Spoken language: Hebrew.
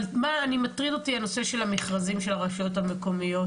אבל מטריד אותי הנושא של המכרזים של הרשויות המקומיות,